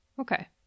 Okay